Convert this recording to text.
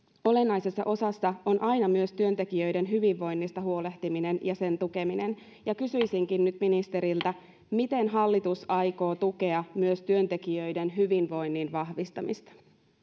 olennaisessa osassa on aina myös työntekijöiden hyvinvoinnista huolehtiminen ja sen tukeminen ja kysyisinkin nyt ministeriltä miten hallitus aikoo tukea myös työntekijöiden hyvinvoinnin vahvistamista